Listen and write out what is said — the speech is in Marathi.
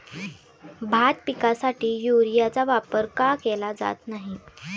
भात पिकासाठी युरियाचा वापर का केला जात नाही?